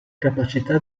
capacità